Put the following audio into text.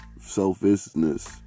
selfishness